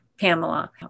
Pamela